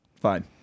fine